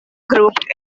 grouped